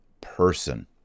person